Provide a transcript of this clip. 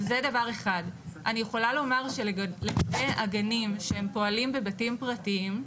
אני יכולה לומר לגבי הגנים שפועלים בבתים פרטיים,